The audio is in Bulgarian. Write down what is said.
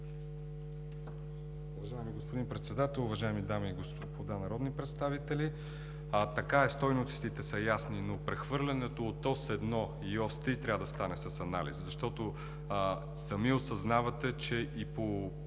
Уважаеми господин Председател, уважаеми дами и господа народни представители! Така е, стойностите са ясни, но прехвърлянето от Ос 1 и Ос 3 трябва да стане с анализ, защото сами осъзнавате, че и по